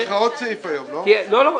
יש לך עוד סעיף היום, לא?